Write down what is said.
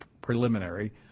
preliminary